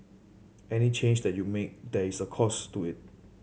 any change that you make there is a cost to it